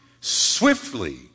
swiftly